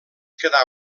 quedà